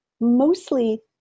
mostly